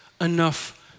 enough